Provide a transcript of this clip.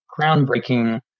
groundbreaking